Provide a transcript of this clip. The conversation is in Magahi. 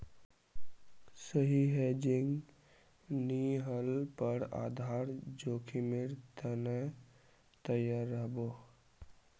सही हेजिंग नी ह ल पर आधार जोखीमेर त न तैयार रह बो